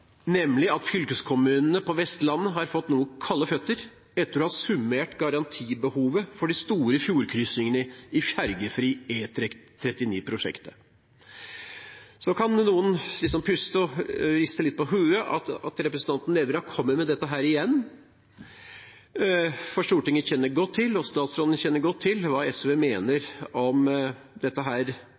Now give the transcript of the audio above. nemlig at fylkeskommunene på Vestlandet har fått noe kalde føtter etter å ha summert garantibehovet for de store fjordkryssingene i ferjefri E39-prosjektet. Så kan noen puste og riste litt på hodet over at representanten Nævra kommer med dette igjen, for Stortinget kjenner godt til, og statsråden kjenner godt til, hva SV mener om dette